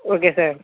okay sir